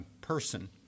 person